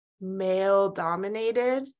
male-dominated